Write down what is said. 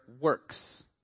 works